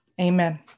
Amen